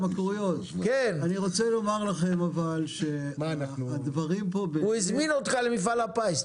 אני רוצה לומר לכם שהדברים פה --- הוא הזמין אותך למפעל הפיס,